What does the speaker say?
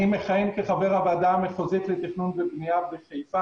אני מכהן כחבר הוועדה המחוזית לתכנון ובנייה בחיפה